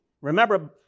Remember